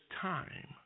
time